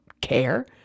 care